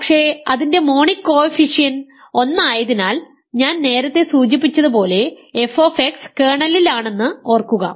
പക്ഷേ അതിന്റെ monic coefficient 1 ആയതിനാൽ ഞാൻ നേരത്തെ സൂചിപ്പിച്ചതുപോലെ f കേർണലിലാണെന്ന് ഓർക്കുക